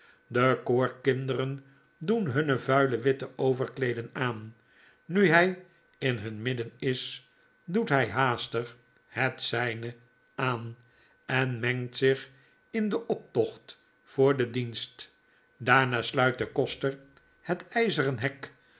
de koorkinderen doen hunne vuile witte overkleederen aan nu hy in hun midden is doet hy haastig het zyne aan en mengt zich in den optocht voor den dienst daarna sluit de koster het yzeren hek